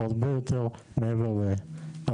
הוא הרבה יותר מעבר להעסקה.